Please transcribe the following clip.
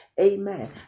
amen